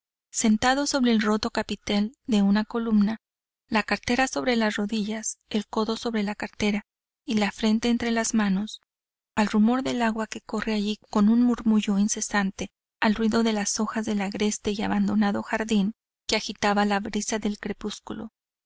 sentado sobre el roto capitel de una columna la cartera sobre las rodillas el codo sobre la cartera y la frente entre las manos al rumor del agua que corre allí con un murmullo incesante al ruido de las hojas del agreste y abandonado jardín que agitaba la brisa del crepúsculo